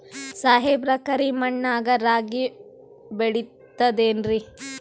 ಸಾಹೇಬ್ರ, ಕರಿ ಮಣ್ ನಾಗ ರಾಗಿ ಬೆಳಿತದೇನ್ರಿ?